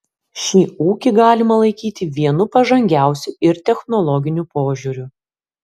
šį ūkį galima laikyti vienu pažangiausių ir technologiniu požiūriu